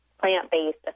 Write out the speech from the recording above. plant-based